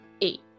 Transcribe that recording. eight